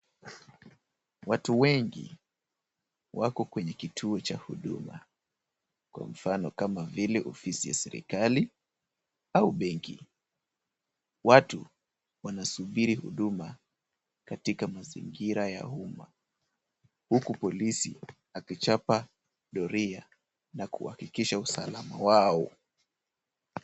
Watu wengi wako kwenye kituo cha huduma kwa mfano, kama vile ofisi ya serikali au benki. Watu wana subiri huduma katika mazingira ya uma huku polisi akichapa doria na kuhakikisha usalama wao.